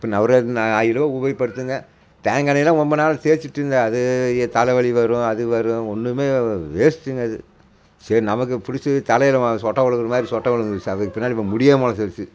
இப்போ நவரத்தின ஆயிலு உபயோகப்படுத்துங்கள் தேங்காய் எண்ணெய்லாம் ரொம்ப நாள் தேச்சுட்டு இருந்தேன் அது தலைவலி வரும் அது வரும் ஒன்றுமே வேஸ்ட்டுங்க அது சரி நமக்கு பிடிச்சது தலையில் சொட்டை விழுகற மாதிரி சொட்டை விழுந்திருச்சி அதுக்கு பின்னாடி இப்போ முடியே முழத்திருச்சு